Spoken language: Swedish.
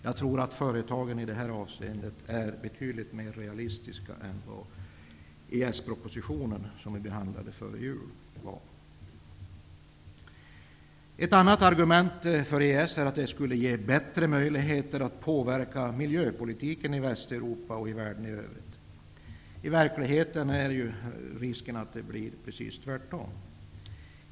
Jag tror att företagen i det avseendet är betydligt mer realistiska än vad den EES-proposition är som vi behandlade före jul. Ett annat argument för EES är att det skulle ge bättre möjligheter att påverka miljöpolitiken i Västeuropa och i världen i övrigt. I verkligheten är risken att det blir precis tvärtom.